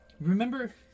Remember